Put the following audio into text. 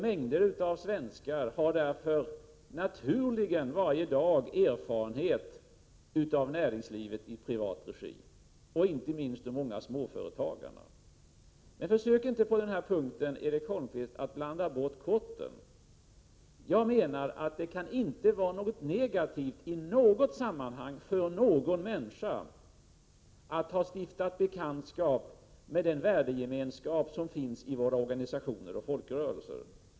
Mängder av svenskar har därför naturligen varje dag erfarenhet av näringsliv i privat regi, inte minst de många småföretagarna. Försök inte blanda bort korten på den här punkten, Erik Holmkvist! Det kan inte i något sammanhang vara något negativt för någon människa att ha stiftat bekantskap med den värdegemenskap som finns i våra organisationer och folkrörelser.